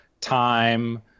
time